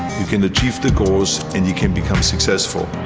you can achieve the goals and you can become successful.